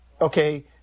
okay